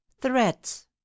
threats